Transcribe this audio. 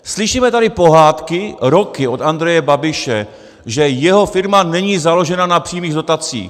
Slyšíme tady pohádky roky od Andreje Babiše, že jeho firma není založena na přímých dotacích.